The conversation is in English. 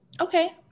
Okay